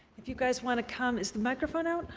if you guys want to come is the microphone out?